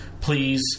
Please